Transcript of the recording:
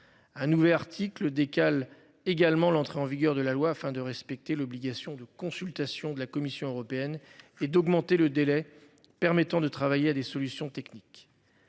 Un nouvel article décale également l'entrée en vigueur de la loi afin de respecter l'obligation de consultation de la Commission européenne et d'augmenter le délai permettant de travailler à des solutions techniques.